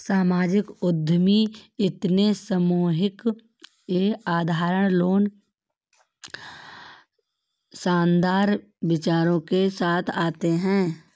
सामाजिक उद्यमी इतने सम्मोहक ये असाधारण लोग शानदार विचारों के साथ आते है